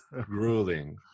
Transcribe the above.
grueling